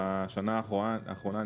בשנה האחרונה,